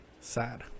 sad